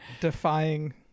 defying